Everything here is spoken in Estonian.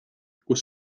kus